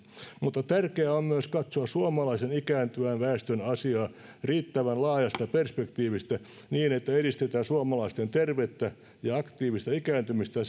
mutta tärkeää on myös katsoa suomalaisen ikääntyvän väestön asiaa riittävän laajasta perspektiivistä niin että edistetään suomalaisten tervettä ja aktiivista ikääntymistä